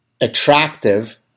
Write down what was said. attractive